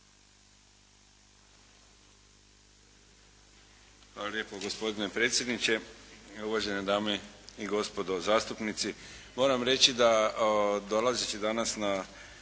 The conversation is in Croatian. Hvala lijepo gospodine predsjedniče. Uvažene dame i gospodo zastupnici. Moram reći da dolazeći danas na